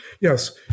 Yes